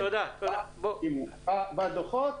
--- בדוחות,